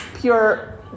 pure